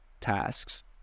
tasks